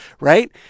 right